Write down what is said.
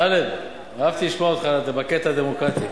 טלב, אהבתי לשמוע אותך בקטע על הדמוקרטיה.